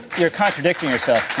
you're contradicting yourself.